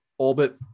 Orbit